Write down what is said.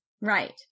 Right